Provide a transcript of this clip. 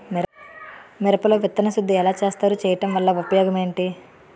మిరప లో విత్తన శుద్ధి ఎలా చేస్తారు? చేయటం వల్ల ఉపయోగం ఏంటి?